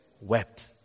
wept